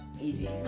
easy